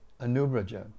Anubraja